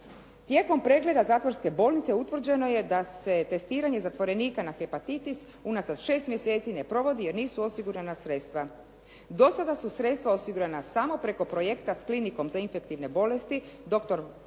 Tijekom pregleda zatvorske bolnice utvrđeno je da se testiranje zatvorenika na hepatitis unazad 6 mjeseci ne provodi jer nisu osigurana sredstva. Do sada su sredstva osigurana samo preko projekta s Klinikom za infektivne bolesti "Dr. Fran